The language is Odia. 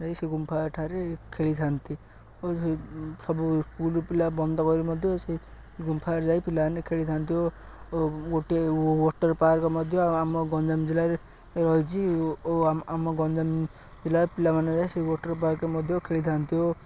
ଯାଇ ସେ ଗୁମ୍ଫା ଠାରେ ଖେଳିଥାନ୍ତି ଓ ସବୁ ସ୍କୁଲରୁ ପିଲା ବନ୍ଦ କରି ମଧ୍ୟ ସେ ଗୁମ୍ଫା ଯାଇ ପିଲାମାନେ ଖେଳିଥାନ୍ତି ଓ ଓ ଗୋଟିଏ ୱାଟର୍ ପାର୍କ ମଧ୍ୟ ଆମ ଗଞ୍ଜାମ ଜିଲ୍ଲାରେ ରହିଛି ଓ ଆମ ଗଞ୍ଜାମ ଜିଲ୍ଲାରେ ପିଲାମାନେ ଯାଇ ସେ ୱାଟର୍ ପାର୍କ ମଧ୍ୟ ଖେଳିଥାନ୍ତି ଓ